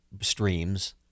streams